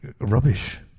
rubbish